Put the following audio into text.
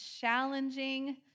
challenging